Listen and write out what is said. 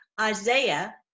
isaiah